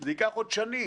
זה ייקח עוד שנים,